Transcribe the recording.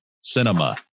cinema